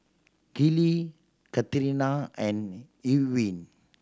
Gillie Katarina and Ewin